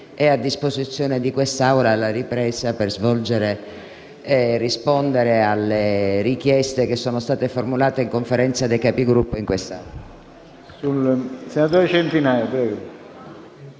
è a disposizione di quest'Assemblea alla ripresa dei lavori per rispondere alle richieste che sono state formulate in Conferenza dei Capigruppo e in quest'Aula.